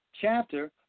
chapter